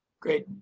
great.